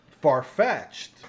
far-fetched